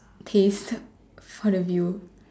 taste for the view